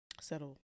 settle